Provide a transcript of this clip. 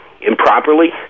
improperly